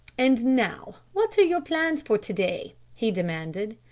and now what are your plans for to-day? he demanded.